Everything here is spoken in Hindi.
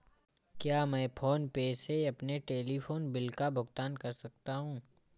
क्या मैं फोन पे से अपने टेलीफोन बिल का भुगतान कर सकता हूँ?